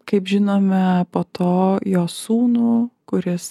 kaip žinome po to jos sūnų kuris